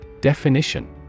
Definition